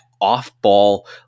off-ball